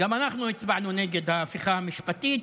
וגם אנחנו הצבענו נגד ההפיכה המשפטית,